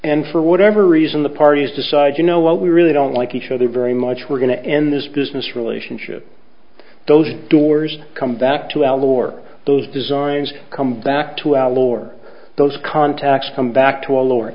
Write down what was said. and for whatever reason the parties decide you know what we really don't like each other very much we're going to end this business relationship those doors come back to al gore those designs come back to al or those contacts come back to a lower